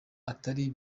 atari